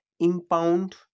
Impound